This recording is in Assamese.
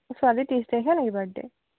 ছোৱালীৰ ত্ৰিছ তাৰিখে নেকি বাৰ্থ ডে